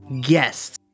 guests